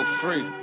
free